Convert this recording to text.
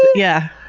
yeah.